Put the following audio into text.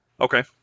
Okay